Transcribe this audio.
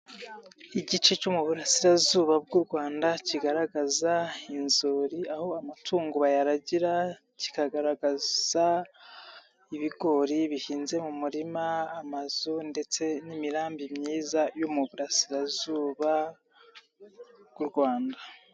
Igice cyo mu burasirazuba bw'u Rwanda kigaragaza inzuri aho amatungo bayaragira kikagaragaza ibigori bihinze mu murima, amazu ndetse n'imirambi myiza yo mu burasirazuba bw'u Rwanda.